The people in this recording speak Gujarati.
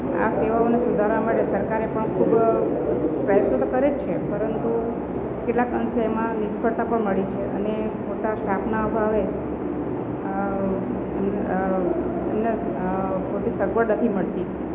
આ સેવાઓને સુધારવા માટે સરકારે પણ ખૂબ પ્રયત્નો તો કરે જ છે પરંતુ કેટલાક અંશે એમાં નિષ્ફળતા પણ મળી છે અને મોટા સ્ટાફના અભાવે એમને પૂરતી સગવડ નથી મળતી